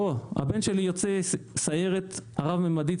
הבן שלי יוצא סיירת הרב ממדית,